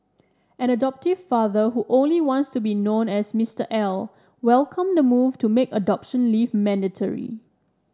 an adoptive father who only wants to be known as Mister L welcomed the move to make adoption leave mandatory